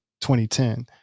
2010